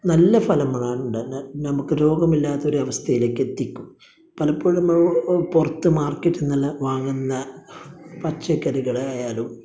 നല്ല ഫലങ്ങളാണ് ഉണ്ടാകുന്നത് നമുക്ക് രോഗമില്ലാത്ത ഒരു അവസ്ഥയിലേക്ക് എത്തിക്കും പലപ്പോഴും പുറത്ത് മാര്ക്കറ്റില് നിന്നെല്ലാം വാങ്ങുന്ന പച്ചക്കറികളായാലും